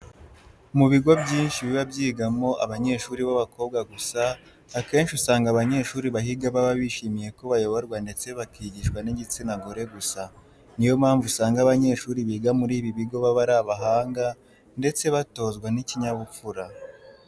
Mu bigo byinshi biba byigamo abanyeshuri b'ababobwa gusa, akenshi usanga abanyeshuri bahiga baba bishimiye ko bayoborwa ndetse bakigishwa n'igitsina gore gusa. Niyo mpamvu usanga abanyeshuri biga muri ibi bigo baba ari abahanga ndetse batozwa n'ikinyabupfura.